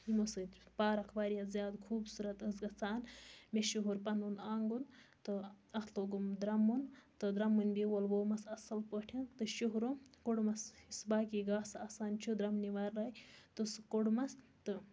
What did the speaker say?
یمو سۭتۍ پارَک واریاہ زیادٕ خوٗبصورت ٲسۍ گَژھان مےٚ شوٗر پَنُن آنٛگُن تہٕ اتھ لوگُم درٛمُن تہٕ درٛمٕنۍ بیول وومَس اصل پٲٹھۍ تہٕ شُہرُم کوٚڑمَس باقٕے گاسہٕ آسان چھُ دروٚمنہِ وَرٲے تہٕ سُہ کوٚڑمَس تہٕ